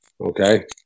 okay